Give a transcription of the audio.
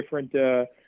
different